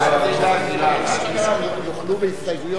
אתה לא רוצה שאני אעלה, אדוני היושב-ראש?